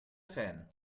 fan